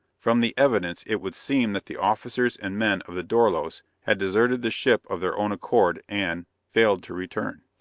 from the evidence, it would seem that the officers and men of the dorlos had deserted the ship of their own accord, and failed to return.